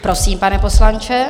Prosím, pane poslanče.